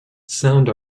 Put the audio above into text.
sound